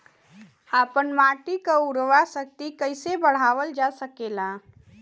आपन माटी क उर्वरा शक्ति कइसे बढ़ावल जा सकेला?